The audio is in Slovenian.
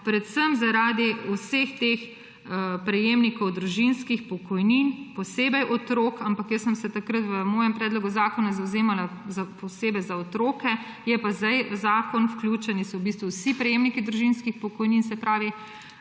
predvsem zaradi vseh teh prejemnikov družinskih pokojnin, posebej otrok. Jaz sem se takrat v svojem predlogu zakona zavzemala posebej za otroke, so pa zdaj v zakon vključeni v bistvu vsi prejemniki družinskih pokojnin. Se pravi,